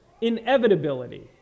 inevitability